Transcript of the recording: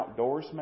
outdoorsman